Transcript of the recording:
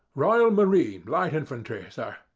royal marine light infantry, sir.